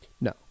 No